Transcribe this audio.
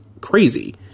crazy